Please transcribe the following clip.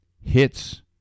hits